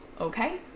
okay